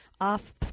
off